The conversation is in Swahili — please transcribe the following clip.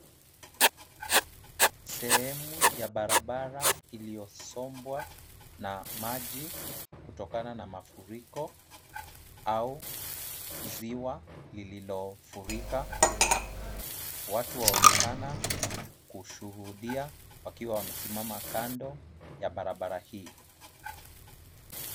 Sehemu ya barabara iliyosombwa na maji kutokana na mafuriko, au ziwa lililofurika. Watu waonekana kushuhudia wakiwa wamesimama kando ya barabara hii.